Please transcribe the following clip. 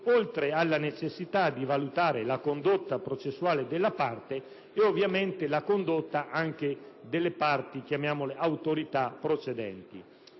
oltre alla necessità di valutare la condotta processuale della parte e ovviamente la condotta anche delle parti autorità procedenti,